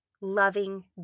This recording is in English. loving